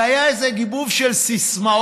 זה היה איזה גיבוב של סיסמאות,